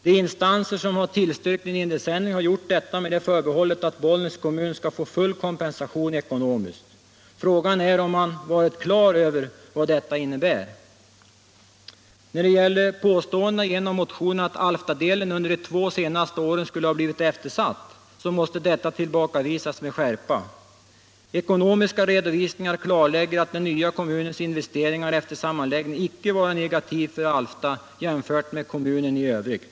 De instanser som har tillstyrkt en indelningsändring har gjort detta med det förbehållet att Bollnäs kommun skall ha full kompensation ekonomiskt. Frågan är om man varit klar över vad detta innebär. När det gäller påståendena i en av motionerna att Alftadelen under de två senaste åren skulle ha blivit eftersatt så måste detta tillbakavisas med skärpa. Ekonomiska redovisningar klarlägger att den nya kommunens investeringar efter sammanläggningen icke varit negativa för Alfta, jämfört med kommunen i övrigt.